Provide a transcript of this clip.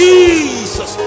Jesus